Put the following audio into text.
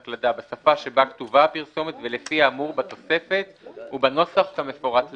בשפה שבה כתובה הפרסומת ולפי האמור בתוספת ובנוסח כמפורט להלן: